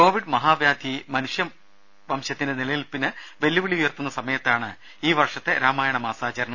Covid മഹാവ്യാധി മനുഷ്യവംശത്തിന്റെ നിലനിൽപ്പിന് വെല്ലുവിളി ഉയർത്തുന്ന സമയത്താണ് ഈ വർഷത്തെ രാമായണ മാസാചരണം